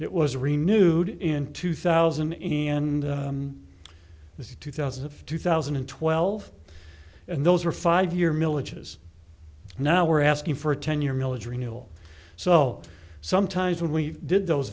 it was renewed in two thousand and this two thousand and five two thousand and twelve and those are five year militias now we're asking for a ten year milage renewal so sometimes when we did those